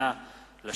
הבנקאות (שירות ללקוח) (תיקון,